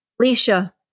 Alicia